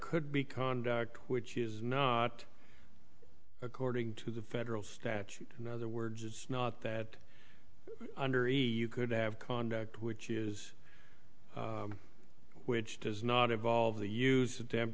could be conduct which is not according to the federal statute in other words it's not that under e u could have conduct which is which does not involve the use of them